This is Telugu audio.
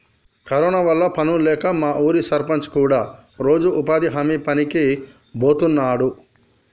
కరోనా వల్ల పనుల్లేక మా ఊరి సర్పంచ్ కూడా రోజూ ఉపాధి హామీ పనికి బోతన్నాడు